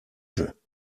jeu